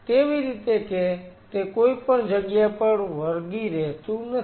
તેવી રીતે કે તે કોઈપણ જગ્યા પર વળગી રહેતું નથી